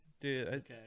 Dude